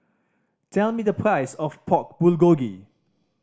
tell me the price of Pork Bulgogi